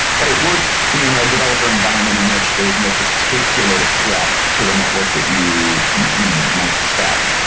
but it works in a developer environment in which there is no particular threat to the network that you you know might suspect.